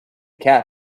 cap